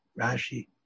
rashi